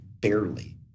barely